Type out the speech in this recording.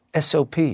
SOP